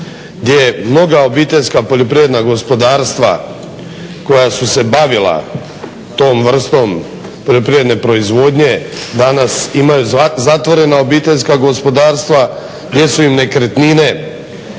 gdje mnoga obiteljska poljoprivredna gospodarstva koja su se bavila tom vrstom poljoprivredne proizvodnje danas imaju zatvorena obiteljska gospodarstva, gdje su im nekretnine